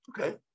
Okay